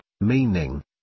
meaning